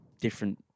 different